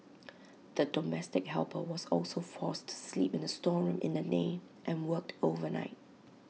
the domestic helper was also forced to sleep in the storeroom in the day and worked overnight